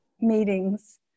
meetings